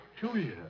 Julia